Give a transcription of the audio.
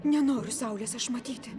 nenoriu saulės aš matyti